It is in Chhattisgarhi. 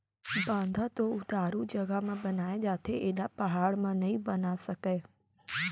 बांधा तो उतारू जघा म बनाए जाथे एला पहाड़ म नइ बना सकय